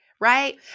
right